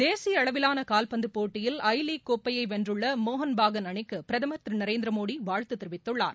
தேசிய அளவிலான கால்பந்து போட்டிடயில் ஐ லீக் கோப்பையை வென்றுள்ள மோகன் பதான் அணிக்கு பிரதம் திரு நரேந்திரமோடி வாழ்த்து தெரிவித்துள்ளார்